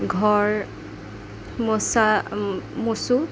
ঘৰ মচা মচোঁ